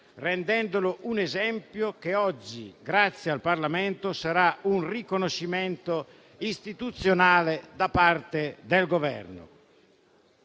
rendendolo un esempio che oggi, grazie al Parlamento, sarà un riconoscimento istituzionale da parte del Governo.